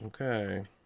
Okay